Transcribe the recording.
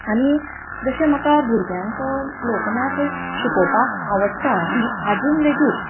आनी जशें म्हाका भुरग्यांक लोकनाच शिकोवपाक आवडटा आनी आजून लेगीत